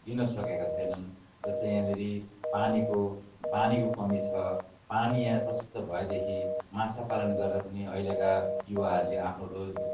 दिन सकेका छैनन् जस्तै यहाँनिर पानीको पानीको कमी छ पानी यहाँ प्रशस्त भएदेखि माछा पालन गरेर पनि अहिलेका युवाहरूले आफ्नो रोज